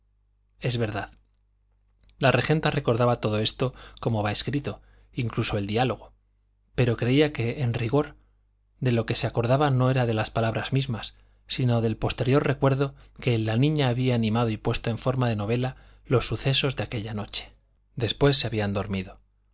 es verdad la regenta recordaba todo esto como va escrito incluso el diálogo pero creía que en rigor de lo que se acordaba no era de las palabras mismas sino de posterior recuerdo en que la niña había animado y puesto en forma de novela los sucesos de aquella noche después se habían dormido